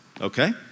Okay